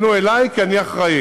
הפנו אלי כי אני האחראי,